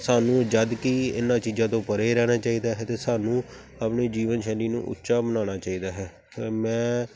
ਸਾਨੂੰ ਜਦ ਕਿ ਇਹਨਾਂ ਚੀਜ਼ਾਂ ਤੋਂ ਪਰੇ ਰਹਿਣਾ ਚਾਹੀਦਾ ਅਤੇ ਸਾਨੂੰ ਆਪਣੀ ਜੀਵਨਸ਼ੈਲੀ ਨੂੰ ਉੱਚਾ ਬਣਾਉਣਾ ਚਾਹੀਦਾ ਹੈ ਮੈਂ